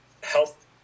health